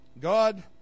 god